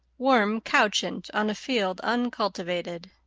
worm couchant on a field uncultivated.